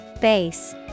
Base